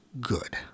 good